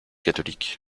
catholique